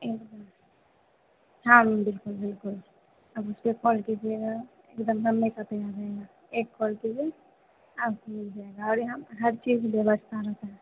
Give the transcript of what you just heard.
एक बार हाँ बिल्कुल बिल्कुल आप उस पर कॉल कीजिएगा एकदम हमेशा तैयार रहेगा एक कॉल कीजिए आपको मिल जाएगा और यहाँ हर चीज व्यवस्था रहता है